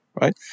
right